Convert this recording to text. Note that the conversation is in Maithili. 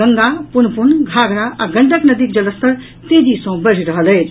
गंगा पुनपुन घाघरा आ गंडक नदीक जलस्तर तेजी सॅ बढ़ि रहल अछि